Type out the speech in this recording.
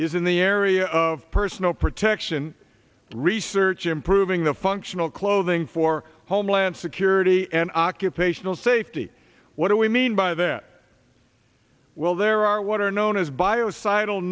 is in the area of personal protection research improving the functional clothing for homeland security and occupational safety what do we mean by that well there are what are known as bio seid